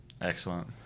Excellent